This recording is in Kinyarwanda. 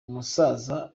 umusaza